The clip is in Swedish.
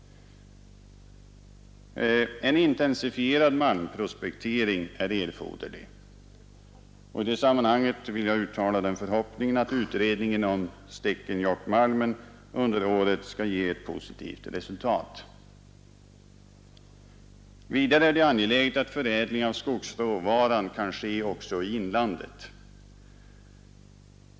En intensifierad malmprospektering är erforderlig. I det sammanhanget vill jag uttala den förhoppningen att utredningen beträffande Stekkenjokkmalmen under året skall ge ett positivt resultat. Vidare är det angeläget att förädling av skogsråvaran kan ske också i inlandet.